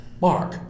Mark